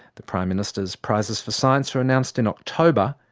the prime minister's prizes for science are announced in october,